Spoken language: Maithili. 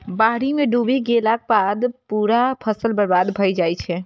बाढ़ि मे डूबि गेलाक बाद पूरा फसल बर्बाद भए जाइ छै